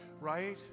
right